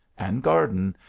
and garden,